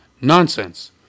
nonsense